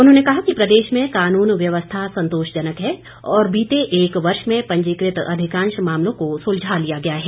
उन्होंने कहा कि प्रदेश में कानून व्यवस्था संतोषजनक है और बीते एक वर्ष में पंजीकृत अधिकांश मामलों को सुलझा लिया गया है